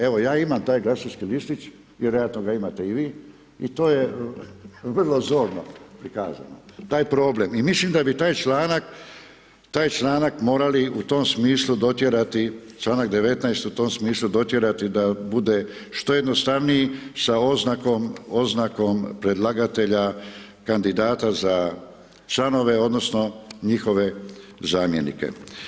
Evo ja imam taj glasački listić, vjerojatno ga imate i vi i to je vrlo zorno prikazano, taj problem. i mislim da bi taj članak morali u tom smislu dotjerati, članak 19. u tom smislu dotjerati da bude što jednostavniji sa oznakom predlagatelja kandidata za članove, odnosno, njihove zamjenike.